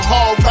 Hall